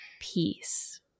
peace